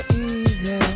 easy